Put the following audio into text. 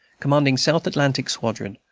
commanding south atlantic squadron,